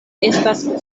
estas